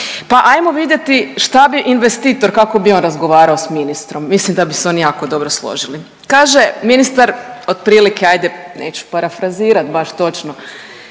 Pa ajmo vidjeti šta bi investitor, kako bi on razgovarao s ministrom, mislim da bi se oni jako dobro složili. Kaže ministar otprilike ajde neću parafrazirat baš